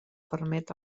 permet